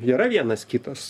yra vienas kitas